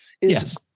yes